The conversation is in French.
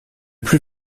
plus